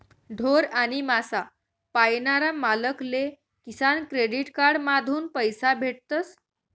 ढोर आणि मासा पायनारा मालक ले किसान क्रेडिट कार्ड माधून पैसा भेटतस